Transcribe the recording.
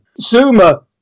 Zuma